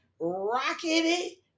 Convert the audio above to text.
rockety